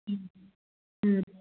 ம் ம்